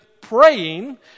praying